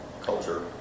culture